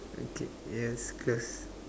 okay it has close